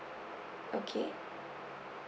okay